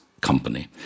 company